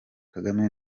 kagame